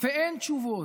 ואין תשובות,